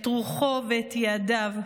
את רוחו ואת יעדיו.